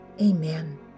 Amen